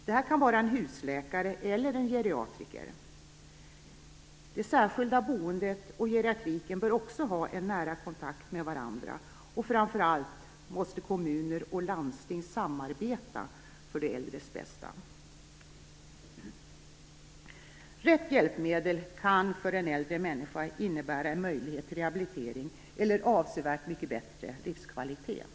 Detta kan vara en husläkare eller en geriatriker. Det särskilda boendet och geriatriken bör också ha en nära kontakt med varandra, och framför allt måste kommuner och landsting samarbeta för de äldres bästa. Rätt hjälpmedel kan för en äldre människa innebära en möjlighet till rehabilitering eller avsevärt mycket bättre livskvalitet.